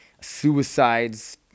suicides